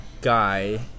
guy